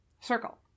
circle